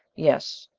yes.